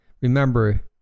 remember